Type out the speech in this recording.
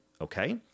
Okay